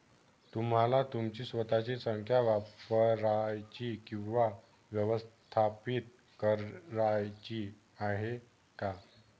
तुम्हाला तुमची स्वतःची संख्या वापरायची किंवा व्यवस्थापित करायची आहे का?